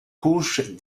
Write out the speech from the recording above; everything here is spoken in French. couches